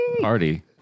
Party